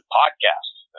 podcasts